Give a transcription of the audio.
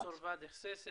פרופ' באדי חסייסי,